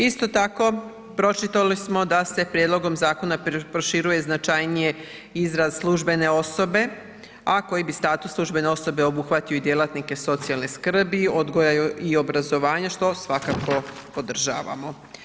Isto tako pročitali smo da se prijedlogom zakona proširuje značajnije izraz službene osobe, a koji bi status službene osobe obuhvatio i djelatnike socijalne skrbi, odgoja i obrazovanja što svakako podržavamo.